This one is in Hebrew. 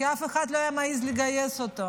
כי אף אחד לא היה מעז לגייס אותו.